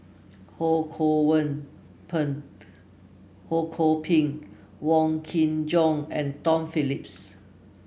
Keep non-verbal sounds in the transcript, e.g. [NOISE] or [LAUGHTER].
Ho Kwon [UNINTELLIGIBLE] Ho Kwon Ping Wong Kin Jong and Tom Phillips